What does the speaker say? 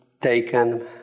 taken